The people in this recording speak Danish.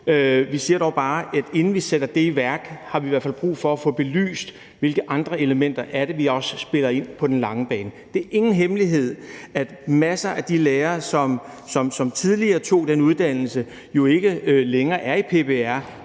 Vi siger dog bare, at vi, inden vi sætter det i værk, i hvert fald har brug for at få belyst, hvilke andre elementer der spiller ind på den lange bane. Det er ingen hemmelighed, at masser af de lærere, som tidligere tog den uddannelse, jo ikke længere er i PPR;